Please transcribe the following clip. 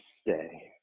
stay